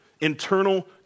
internal